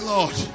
Lord